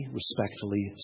respectfully